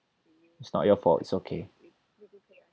it's not your fault it's okay